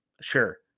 sure